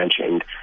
mentioned